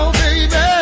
baby